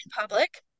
public